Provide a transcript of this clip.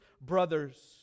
brothers